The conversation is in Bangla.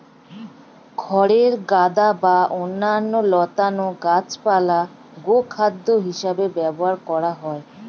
খড়ের গাদা বা অন্যান্য লতানো গাছপালা গোখাদ্য হিসেবে ব্যবহার করা হয়